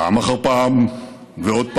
פעם אחר פעם ועוד פעם.